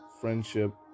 friendship